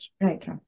Right